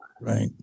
Right